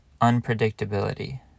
unpredictability